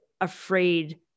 afraid